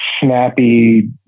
snappy